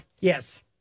Yes